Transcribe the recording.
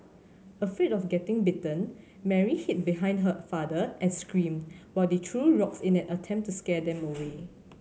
afraid of getting bitten Mary hid behind her father and screamed while they threw rocks in an attempt to scare them away